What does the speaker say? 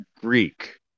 Greek